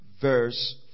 verse